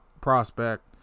prospect